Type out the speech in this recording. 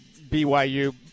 BYU